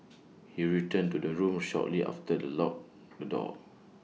he returned to the room shortly after the locked the door